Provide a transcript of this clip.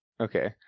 Okay